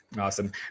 Awesome